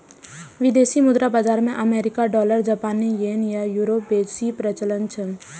विदेशी मुद्रा बाजार मे अमेरिकी डॉलर, जापानी येन आ यूरो बेसी प्रचलित छै